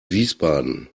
wiesbaden